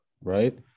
right